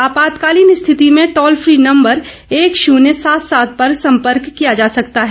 आपातकालीन स्थिति में टोल फ्री नम्बर एक शून्य सात सात पर सम्पर्क किया जा सकता है